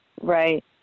Right